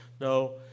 No